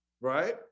right